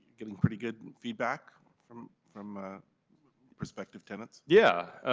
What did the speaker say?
getting pretty good feedback from from ah prospective tenants? yeah.